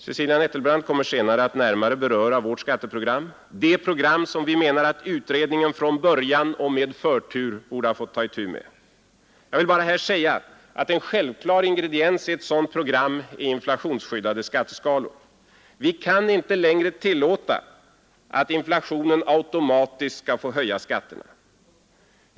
Cecilia Nettelbrandt kommer senare att närmare beröra vårt skatteprogram, det program som vi menar att utredningen från början och med förtur borde fått ta itu med. Jag vill bara här säga att en självklar ingrediens i ett sådant program är inflationsskyddade skatteskalor. Vi kan inte längre tillåta att inflationen automatiskt skall få höja skatterna.